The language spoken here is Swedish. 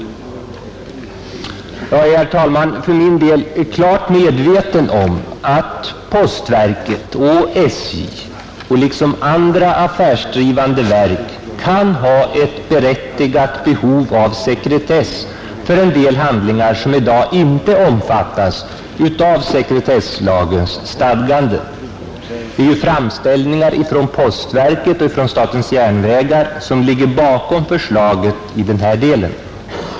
Jag är, herr talman, för min del klart medveten om att postverket och SJ, liksom andra affärsdrivande verk, kan ha ett berättigat behov av sekretess för en del handlingar som i dag inte omfattas av sekretesslagens stadganden. Det är ju framställningar från postverket och från SJ som ligger bakom förslaget i den här delen.